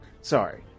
Sorry